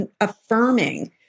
affirming